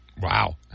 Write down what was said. Wow